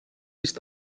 ist